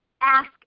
Ask